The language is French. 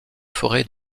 forêts